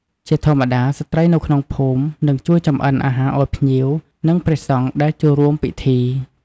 ជាធម្មតា ស្ត្រីនៅក្នុងភូមិ និងជួយចម្អិនអាហារឲ្យភ្ញៀវ និងព្រះសង្ឃដែលចូលរួមពិធី។